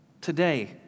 today